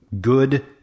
good